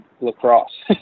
lacrosse